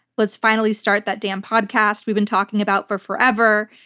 let's finally start that damn podcast we've been talking about for forever.